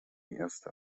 erste